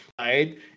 right